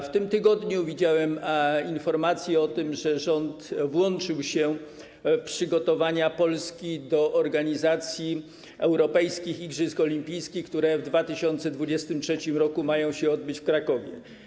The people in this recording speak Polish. W tym tygodniu widziałem informację o tym, że rząd włączył się w przygotowania Polski do organizacji europejskich igrzysk olimpijskich, które w 2023 r. mają się odbyć w Krakowie.